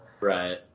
Right